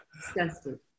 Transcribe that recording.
Disgusting